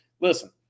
Listen